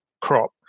crop